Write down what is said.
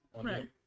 right